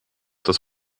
dass